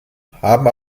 haben